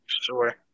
Sure